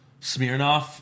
Smirnoff